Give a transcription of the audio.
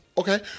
Okay